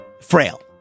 frail